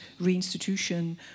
reinstitution